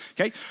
Okay